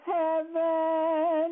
heaven